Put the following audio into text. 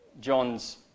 John's